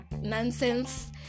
nonsense